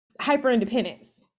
hyper-independence